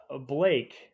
blake